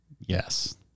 Yes